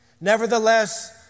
Nevertheless